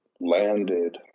landed